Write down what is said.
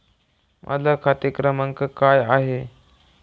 माझा खाते क्रमांक काय आहे?